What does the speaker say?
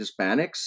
Hispanics